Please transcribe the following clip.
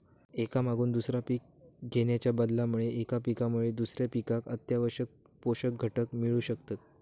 एका मागून दुसरा पीक घेणाच्या बदलामुळे एका पिकामुळे दुसऱ्या पिकाक आवश्यक पोषक घटक मिळू शकतत